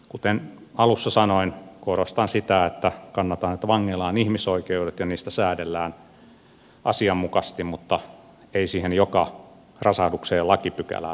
kuten alussa sanoin korostan sitä että kannatan että vangeilla on ihmisoikeudet ja niistä säädellään asianmukaisesti mutta ei joka rasahdukseen lakipykälää tarvitse